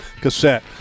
cassette